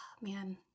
man